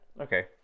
Okay